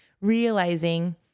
realizing